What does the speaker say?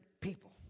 people